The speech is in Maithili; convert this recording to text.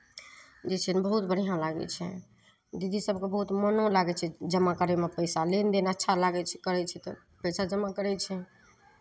जे छै ने बहुत बढ़िआँ लागै छै दीदी सभके बहुत मोनो लागै छै जमा करयमे पैसा लेनदेन अच्छा लागै छै करै छै तऽ पैसा जमा करै छै